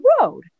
road